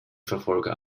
verfolger